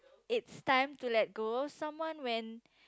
it's time to let go someone when